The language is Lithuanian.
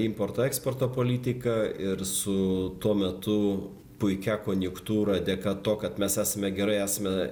importo eksporto politika ir su tuo metu puikia konjuktūra dėka to kad mes esame gerai esame